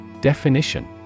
Definition